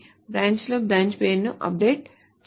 branch లో branch పేరును update చేయడం